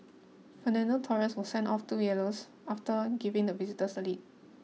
Fernando Torres was sent off two yellows after giving the visitors the lead